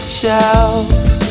shouts